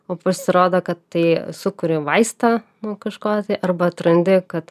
o pasirodo kad tai sukuri vaistą nuo kažko arba atrandi kad